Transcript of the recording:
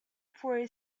for